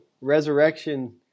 resurrection